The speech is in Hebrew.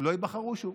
הם לא ייבחרו שוב.